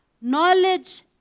knowledge